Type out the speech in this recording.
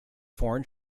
foreign